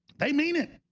they mean it